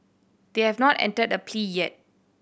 they have not entered a plea yet